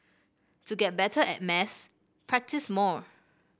to get better at maths practise more